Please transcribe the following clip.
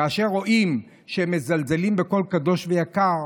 כאשר רואים שמזלזלים בכל קדוש ויקר,